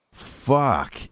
fuck